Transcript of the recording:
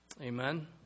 amen